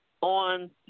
on